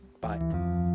bye